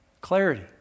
Clarity